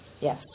Yes